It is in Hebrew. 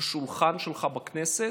על השולחן שלך בכנסת,